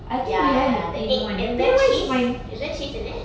ya ya the egg and the cheese is there cheese in it